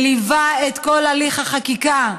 וליווה את כל הליך החקיקה.